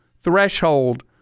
threshold